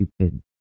stupid